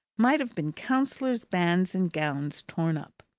might have been counsellors' bands and gowns torn up.